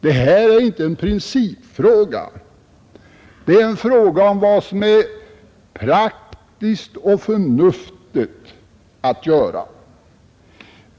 Det här är inte en principfråga — det är en fråga om vad som är praktiskt och förnuftigt att göra.